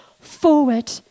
forward